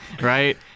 right